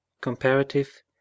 comparative